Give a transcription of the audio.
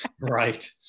right